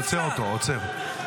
אני עוצר אותו, עוצר.